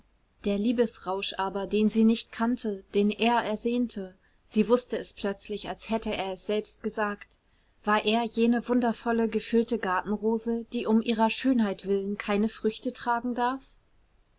der liebesrausch aber den sie nicht kannte den er ersehnte sie wußte es plötzlich als hätte er es selbst gesagt war er jene wundervolle gefüllte gartenrose die um ihrer schönheit willen keine früchte tragen darf